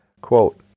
Quote